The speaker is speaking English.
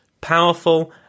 powerful